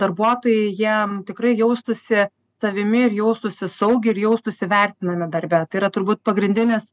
darbuotojai jie tikrai jaustųsi savimi ir jaustųsi saugiai ir jaustųsi vertinami darbe tai yra turbūt pagrindinis